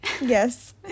Yes